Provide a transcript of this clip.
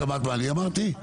במהלך החקיקה.